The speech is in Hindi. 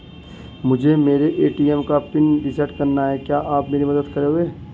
मुझे मेरे ए.टी.एम का पिन रीसेट कराना है क्या आप मेरी मदद करेंगे?